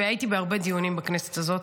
והייתי בהרבה דיונים בכנסת הזאת,